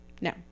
no